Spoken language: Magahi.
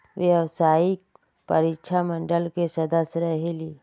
व्यावसायिक परीक्षा मंडल के सदस्य रहे ली?